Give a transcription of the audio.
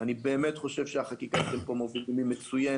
אני באמת חושב שהחקיקה שאתם מובילים כאן היא